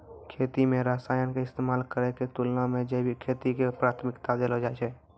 खेती मे रसायन के इस्तेमाल करै के तुलना मे जैविक खेती के प्राथमिकता देलो जाय छै